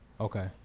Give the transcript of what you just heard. Okay